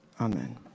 Amen